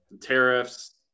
tariffs